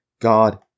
God